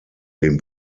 dem